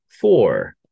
four